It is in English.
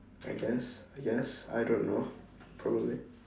I guess I guess I don't know probably